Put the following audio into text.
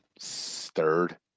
third